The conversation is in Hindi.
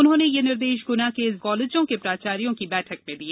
उन्होंने यह निर्देश गुना में जिले के कॉलेजों के प्राचार्यो की बैठक में दिए